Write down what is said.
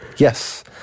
Yes